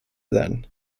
then